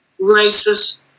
racist